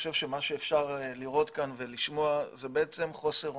מה שאפשר לראות כאן ולשמוע זה חוסר אונים.